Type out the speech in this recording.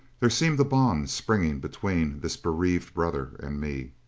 there seemed a bond springing between this bereaved brother and me.